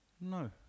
No